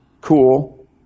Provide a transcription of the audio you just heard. cool